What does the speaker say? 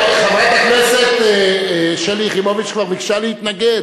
חברת הכנסת שלי יחימוביץ כבר ביקשה להתנגד.